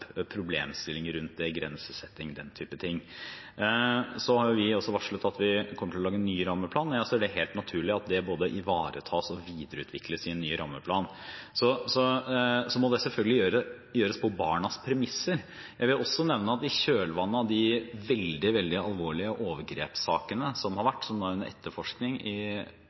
problemstillinger rundt det, grensesetting, den type ting. Vi har også varslet at vi kommer til å lage en ny rammeplan, og jeg ser det som helt naturlig at det både ivaretas og videreutvikles i en ny rammeplan. Det må selvfølgelig gjøres på barnas premisser. Jeg vil også nevne at i kjølvannet av de veldig, veldig alvorlige overgrepssakene som har vært, og som nå er under etterforskning i